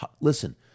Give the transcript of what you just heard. Listen